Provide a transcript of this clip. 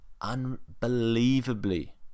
unbelievably